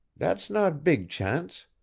dat's not beeg chance.